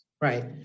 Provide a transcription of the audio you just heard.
Right